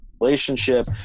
relationship